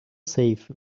safe